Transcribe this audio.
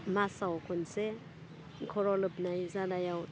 मासाव खनसे खर' लोबनाय जानायाव